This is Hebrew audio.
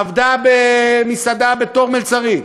עבדה במסעדה בתור מלצרית,